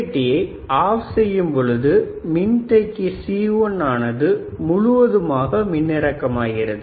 UJT யை off செய்யும் பொழுது மின்தேக்கி C1 ஆனது முழுவதுமாக மின்னிறக்கம் ஆகிறது